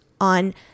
on